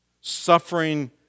suffering